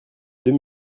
deux